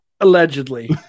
Allegedly